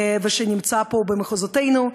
שנמצא פה במחוזותינו.